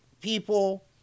people